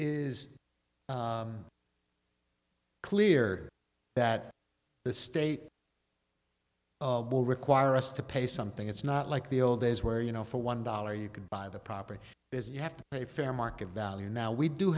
is clear that the state require us to pay something it's not like the old days where you know for one dollar you can buy the property is you have to pay fair market value now we do